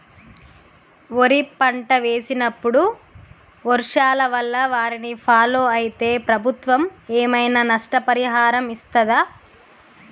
వరి పంట వేసినప్పుడు వర్షాల వల్ల వారిని ఫాలో అయితే ప్రభుత్వం ఏమైనా నష్టపరిహారం ఇస్తదా?